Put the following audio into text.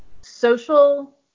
social